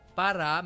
para